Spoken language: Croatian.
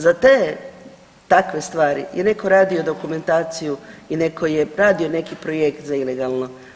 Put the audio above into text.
Za te takve stvari je netko radio dokumentaciju i neko je radio neki projekt za ilegalno.